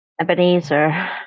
Ebenezer